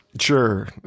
Sure